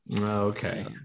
Okay